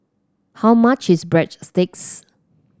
how much is Breadsticks